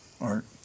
Art